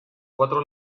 cuatro